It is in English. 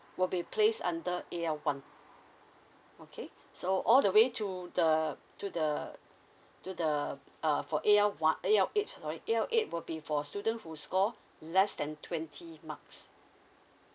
will be placed under A_L one okay so all the way to the to the to the uh for A_L on~ A_L eight sorry A_L eight will be for student who score less than twenty marks